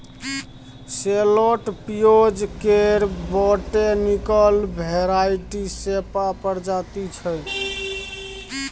सैलोट पिओज केर botanical variety सेपा प्रजाति छै